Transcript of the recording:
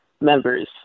members